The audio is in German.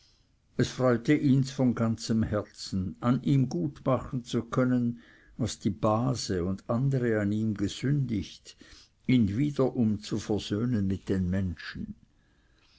es freute ihns von ganzem herzen an ihm gut machen zu können was die base und andere an ihm gesündigt ihn wiederum zu versöhnen mit den menschen